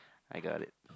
I got it